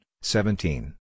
seventeen